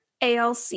ALC